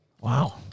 Wow